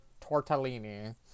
Tortellini